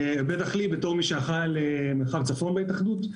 בטח לי בתור מי שאחראי על מרחב הצפון בהתאחדות.